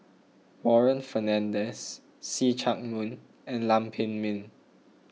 Warren Fernandez See Chak Mun and Lam Pin Min